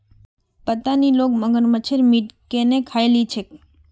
पता नी लोग मगरमच्छेर मीट केन न खइ ली छेक